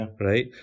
right